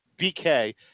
BK